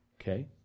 Okay